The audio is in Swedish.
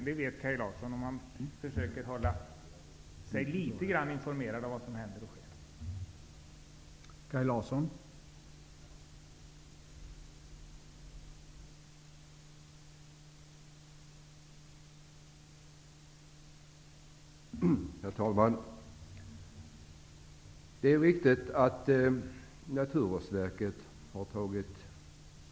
Det vet Kaj Larsson om han försöker hålla sig litet grand informerad om vad som händer och sker.